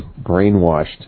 brainwashed